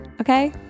okay